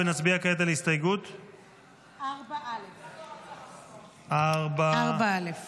ונצביע כעת על הסתייגות 4א. הצבעה.